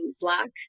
black